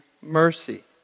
mercy